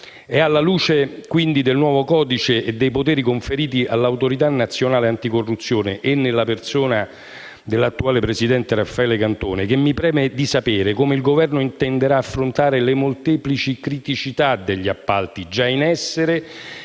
È alla luce del nuovo codice, quindi, e dei poteri conferiti all'Autorità nazionale anticorruzione, nella persona dell'attuale presidente Raffaele Cantone, che mi preme di sapere come il Governo intenderà affrontare le molteplici criticità degli appalti già in essere